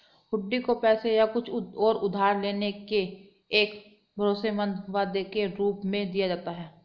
हुंडी को पैसे या कुछ और उधार लेने के एक भरोसेमंद वादे के रूप में दिया जाता है